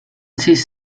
siis